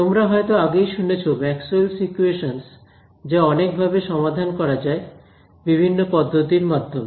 তোমরা হয়তো আগেই শুনেছো ম্যাক্সওয়েলস ইকুয়েশনস Maxwell's equations যা অনেক ভাবে সমাধান করা যায় বিভিন্ন পদ্ধতির মাধ্যমে